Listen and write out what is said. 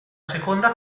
seconda